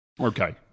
Okay